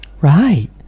Right